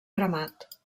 cremat